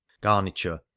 garniture